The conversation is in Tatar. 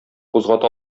кузгата